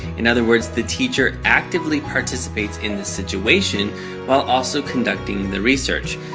in other words, the teacher actively participates in the situation while also conducting the research.